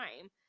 time